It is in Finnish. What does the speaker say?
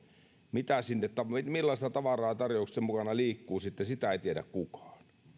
millaista tavaraa tarjousten mukana liikkuu sitä ei tiedä kukaan